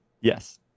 Yes